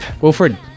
Wilfred